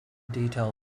detail